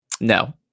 No